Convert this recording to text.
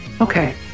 okay